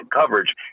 coverage